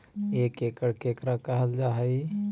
एक एकड़ केकरा कहल जा हइ?